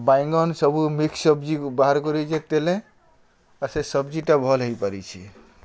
ବାଇଗନ୍ ସବୁ ମିକ୍ସ ସବ୍ଜି ବାହାର୍ କରିଚେ ତେଲେ ଆର୍ ସେ ସବ୍ଜିଟା ଭଲ୍ ହେଇପାରିଛେ